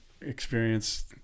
experience